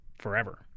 forever